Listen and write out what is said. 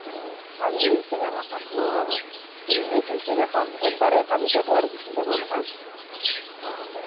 অঁ চাৰ এই চিনেমাখনতো আৰু ৰিলিজ হৈছে যখন একবাৰেই চাম এতিয়াতো আৰু গুচি যাব নহয় অঁ